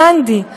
גנדי,